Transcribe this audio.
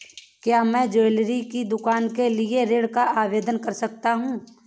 क्या मैं ज्वैलरी की दुकान के लिए ऋण का आवेदन कर सकता हूँ?